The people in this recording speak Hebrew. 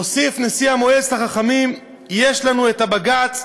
הוסיף נשיא מועצת החכמים: יש לנו הבג"ץ,